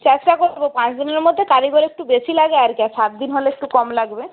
চেষ্টা করব পাঁচ দিনের মধ্যে কারিগর একটু বেশি লাগে আর কি আর সাত দিন হলে একটু কম লাগবে